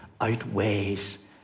outweighs